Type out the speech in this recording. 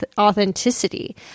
authenticity